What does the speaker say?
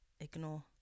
ignore